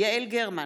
יעל גרמן,